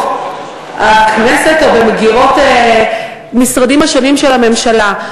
הכנסת או במגירות המשרדים השונים של הממשלה.